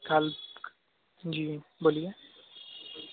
کل جی بولیے